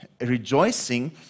rejoicing